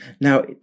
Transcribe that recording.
now